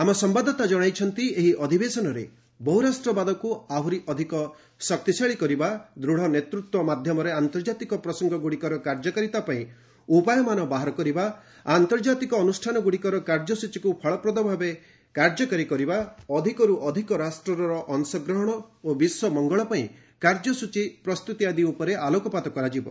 ଆମ ସମ୍ଭାଦଦାତା ଜଣାଇଛନ୍ତି ଏହି ଅଧିବେଶନରେ ବହୁରାଷ୍ଟ୍ରବାଦକୁ ଆହୁରି ଅଧିକ ଶକ୍ତିଶାଳୀ କରିବା ଦୃଢ଼ ନେତୃତ୍ୱ ମାଧ୍ୟମରେ ଆନ୍ତର୍ଜାତିକ ପ୍ରସଙ୍ଗଗୁଡ଼ିକର କାର୍ଯ୍ୟକାରିତା ପାଇଁ ଉପାୟମାନ ବାହାର କରିବା ଆନ୍ତର୍ଜାତିକ ଅନୁଷ୍ଠାନଗୁଡ଼ିକର କାର୍ଯ୍ୟସୂଚୀକୁ ଫଳପ୍ରଦ ଭାବେ କାର୍ଯ୍ୟକାରୀ କରିବା ଅଧିକରୁ ଅଧିକ ରାଷ୍ଟ୍ରର ଅଂଶଗ୍ରହଣ ଓ ବିଶ୍ୱ ମଙ୍ଗଳ ପାଇଁ କାର୍ଯ୍ୟସଚୀ ପ୍ସ୍ତୁତ ଆଦି ଉପରେ ଆଲୋକପାତ କରାଯିବ